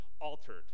altered